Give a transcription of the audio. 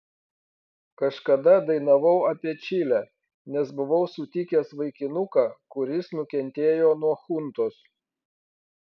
kažkada dainavau apie čilę nes buvau sutikęs vaikinuką kuris nukentėjo nuo chuntos